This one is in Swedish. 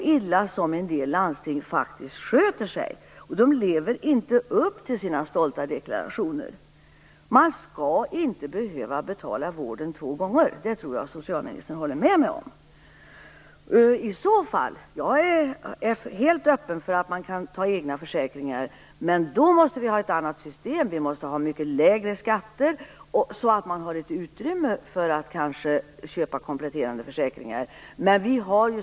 De lever inte upp till sina stolta deklarationer. Man skall inte behöva betala vården två gånger - det tror jag att socialministern håller med mig om. Jag är helt öppen för att man skall kunna teckna egna försäkringar. Men då måste vi ha ett annat system med mycket lägre skatter så att det blir ett utrymme över för att köpa kompletterade försäkringar.